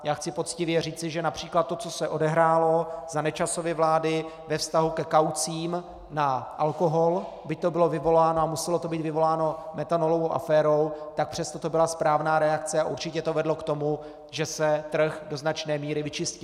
Já chci poctivě říci, že například to, co se odehrálo za Nečasovy vlády ve vztahu ke kaucím na alkohol, byť to bylo vyvoláno a muselo to být vyvoláno metanolovou aférou, tak přesto to byla správná reakce a určitě to vedlo k tomu, že se trh do značné míry vyčistil.